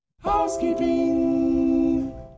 Housekeeping